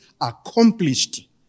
accomplished